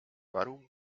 warum